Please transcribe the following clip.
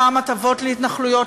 פעם הטבות להתנחלויות,